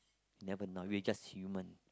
never know we just human